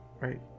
right